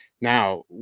Now